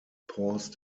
paused